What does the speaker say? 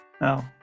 No